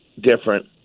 different